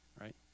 Right